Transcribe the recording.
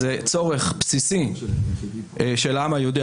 זה צורך בסיסי של העם היהודי.